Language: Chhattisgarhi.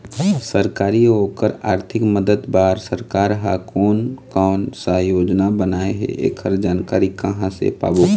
सरकारी अउ ओकर आरथिक मदद बार सरकार हा कोन कौन सा योजना बनाए हे ऐकर जानकारी कहां से पाबो?